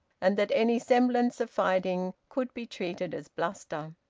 and that any semblance of fighting could be treated as bluster.